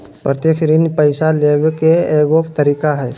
प्रत्यक्ष ऋण पैसा लेबे के एगो तरीका हइ